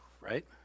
right